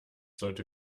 sollte